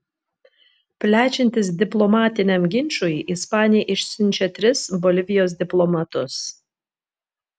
plečiantis diplomatiniam ginčui ispanija išsiunčia tris bolivijos diplomatus